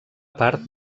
part